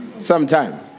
sometime